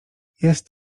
jest